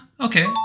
Okay